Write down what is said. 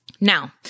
Now